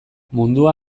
mundua